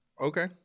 okay